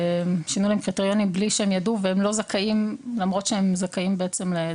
שינו להם קריטריונים בלי שהם ידעו והם לא זכאים למרות שהם זכאים בעצם.